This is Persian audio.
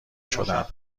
شدم